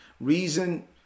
Reason